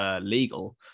legal